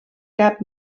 cap